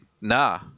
nah